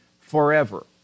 forever